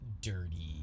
dirty